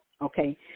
okay